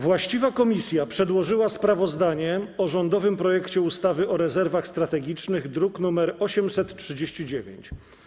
Właściwa komisja przedłożyła sprawozdanie o rządowym projekcie ustawy o rezerwach strategicznych, druk nr 839.